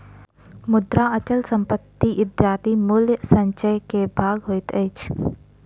मुद्रा, अचल संपत्ति इत्यादि मूल्य संचय के भाग होइत अछि